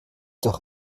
doch